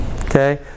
Okay